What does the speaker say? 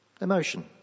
emotion